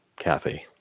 kathy